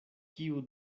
kiu